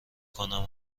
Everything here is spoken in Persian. کنم